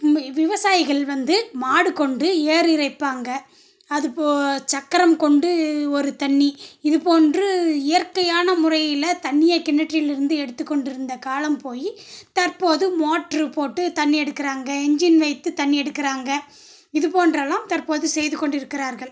விவசாயிகள் வந்து மாடு கொண்டு ஏர் இறைப்பாங்க அது போ சக்கரம் கொண்டு ஒரு தண்ணி இது போன்று இயற்கையான முறையில் தண்ணியை கிணற்றில் இருந்து எடுத்து கொண்டிருந்த காலம் போய் தற்போது மோட்ரு போட்டு தண்ணி எடுக்கிறாங்க இன்ஜின் வைத்து தண்ணி எடுக்கிறாங்க இது போன்றெல்லாம் தற்போது செய்துக் கொண்டிருக்கிறார்கள்